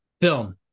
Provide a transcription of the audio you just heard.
Film